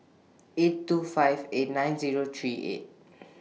eight two five eight nine Zero three eight